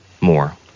more